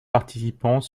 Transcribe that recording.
participant